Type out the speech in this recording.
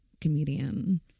comedian